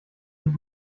sie